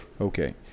Okay